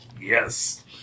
Yes